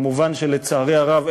מובן שלצערי הרב,